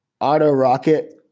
Auto-rocket